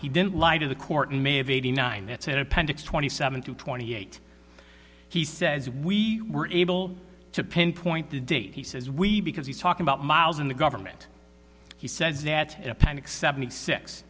he didn't lie to the court and may have eighty nine that said appendix twenty seven to twenty eight he says we were able to pinpoint the date he says we because he's talking about miles and the government he says that appendix seventy six